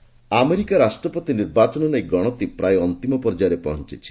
US election America ରାଷ୍ଟ୍ରପତି ନିର୍ବାଚନ ନେଇ ଗଣତି ପ୍ରାୟ ଅନ୍ତିମ ପର୍ଯ୍ୟାୟରେ ପହଞ୍ଚିଛି